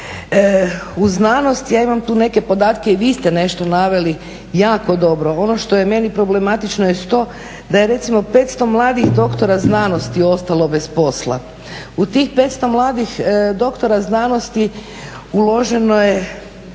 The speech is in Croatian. U znanost, ja imam tu neke podatke i vi ste nešto naveli jako dobro, ono što je meni problematično jest to da je recimo 500 mladih doktora znanosti ostalo bez posla. U tih 500 mladih doktora znanosti uloženo je